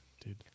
dude